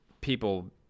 people